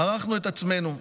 מרחנו את עצמנו.